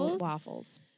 Waffles